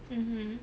mmhmm